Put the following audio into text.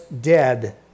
dead